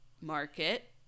market